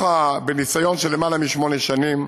ומניסיון של למעלה משמונה שנים,